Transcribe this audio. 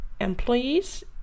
employees